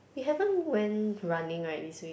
we haven't went running right this week